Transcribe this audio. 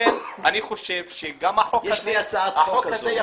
יש לי הצעת חוק כזו.